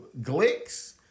Glicks